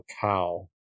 cow